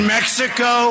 Mexico